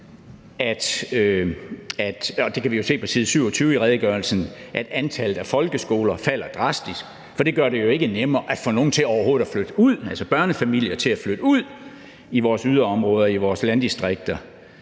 at antallet af folkeskoler falder drastisk, for det gør det ikke nemmere at få nogen til overhovedet at flytte ud, altså at få børnefamilier til at flytte ud til vores yderområder, til vores landdistrikter.